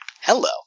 Hello